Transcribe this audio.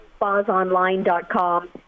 spasonline.com